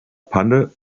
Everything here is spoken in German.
panne